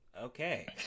Okay